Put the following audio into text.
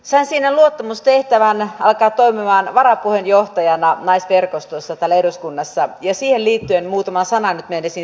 sain siinä luottamustehtävän alkaa toimimaan varapuheenjohtajana naisverkostossa täällä eduskunnassa ja siihen liittyen muutama sanan nyt meinasin sanoa